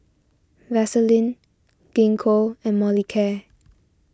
Vaselin Gingko and Molicare